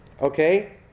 okay